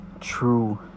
true